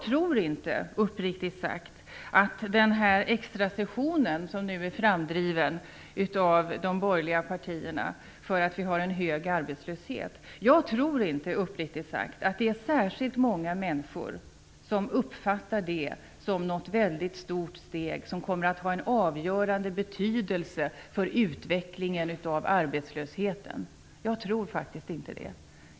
När det gäller den extrasession som nu är framdriven av de borgerliga partierna för att vi har en hög arbetslöshet tror jag inte, uppriktigt sagt, att det är särskilt många människor som uppfattar den som något väldigt stort steg som kommer att ha en avgörande betydelse för arbetslöshetens utveckling.